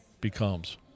becomes